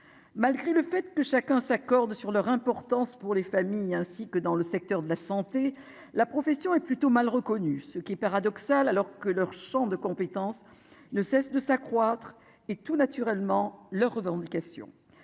malgré le fait que chacun s'accorde sur leur importance pour les familles, ainsi que dans le secteur de la santé, la profession est plutôt mal reconnu, ce qui est paradoxal, alors que leur Champ de compétence ne cesse de s'accroître, et tout naturellement leurs revendications